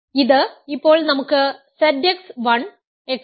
ഇത് ഇപ്പോൾ നമുക്ക് ZX 1